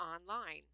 online